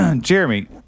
Jeremy